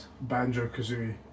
Banjo-Kazooie